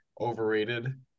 overrated